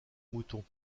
moutons